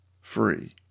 free